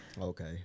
Okay